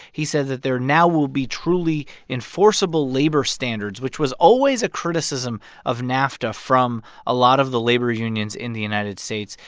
he says that there now will be truly enforceable labor standards, which was always a criticism of nafta from a lot of the labor unions in the united states.